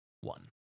One